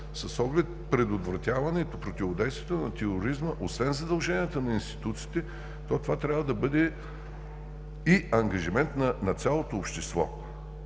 с оглед предотвратяването, противодействието на тероризма освен задълженията на институциите, това трябва да бъде и ангажимент на цялото общество.